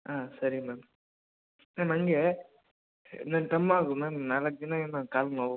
ಹಾಂ ಸರಿ ma'am ma'am ನನಗೆ ನನ್ನ ತಮ್ಮ ಒಬ್ಬ ಮ್ಯಾಮ್ ನಾಲ್ಕು ದಿನದಿಂದ ಅವ್ನ್ಗೆ ಕಾಲು ನೋವು